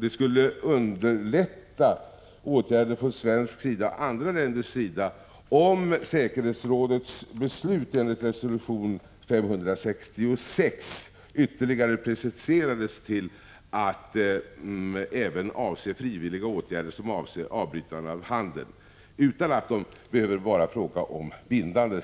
Det skulle underlätta åtgärder från Sveriges och andra länders sida, om säkerhetsrådets beslut enligt resolution 566 preciserades ytterligare till att även avse frivilliga åtgärder, som avser avbrytande av handel, utan att det behöver vara fråga om Prot. 1985/86:142